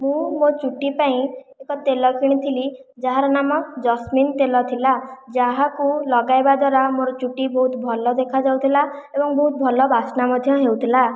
ମୁଁ ମୋ ଚୁଟି ପାଇଁ ଏକ ତେଲ କିଣିଥିଲି ଯାହାର ନାମ ଜସ୍ମିନ ତେଲ ଥିଲା ଯାହାକୁ ଲଗାଇବା ଦ୍ୱାରା ମୋର ଚୁଟି ବହୁତ ଭଲ ଦେଖାଯାଉଥିଲା ଏବଂ ବହୁତ ଭଲ ବାସନା ମଧ୍ୟ ହେଉଥିଲା